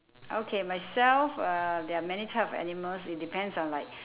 okay myself uh there are many type of animals it depends on like